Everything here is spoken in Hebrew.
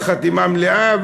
וחתימה מלאה,